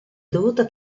dovuta